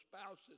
spouses